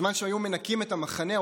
בזמן שהיו מנקים את המחנה,